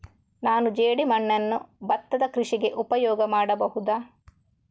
ನಾನು ಜೇಡಿಮಣ್ಣನ್ನು ಭತ್ತದ ಕೃಷಿಗೆ ಉಪಯೋಗ ಮಾಡಬಹುದಾ?